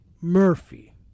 murphy